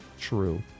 true